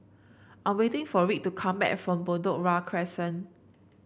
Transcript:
I'm waiting for Wright to come back from Bedok Ria Crescent